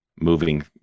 moving